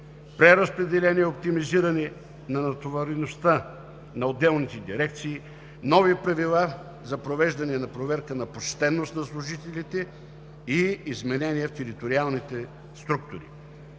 преразпределение и оптимизиране на натовареността на отделните дирекции, нови правила за провеждане на проверки за почтеност на служителите и изменение в териториалните структури.